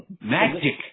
magic